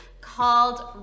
called